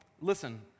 listen